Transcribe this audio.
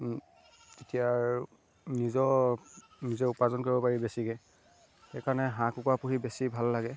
তেতিয়াৰ নিজৰ নিজে উপাৰ্জন কৰিব পাৰি বেছিকৈ সেইকাৰণে হাঁহ কুকুৰা পুহি বেছি ভাল লাগে